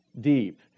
Deep